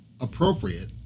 appropriate